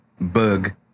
Bug